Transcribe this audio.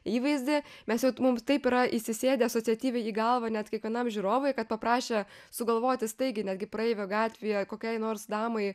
įvaizdį mes jau mums taip yra įsisėdę asociatyviai į galvą net kiekvienam žiūrovui kad paprašę sugalvoti staigiai netgi praeivio gatvėje kokiai nors damai